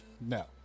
no